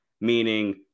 meaning